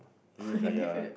do it with like a